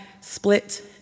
split